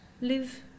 Live